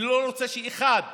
אני לא רוצה שאחד